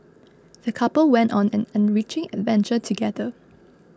the couple went on an enriching adventure together